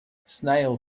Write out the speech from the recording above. snail